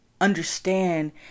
understand